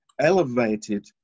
Elevated